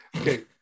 Okay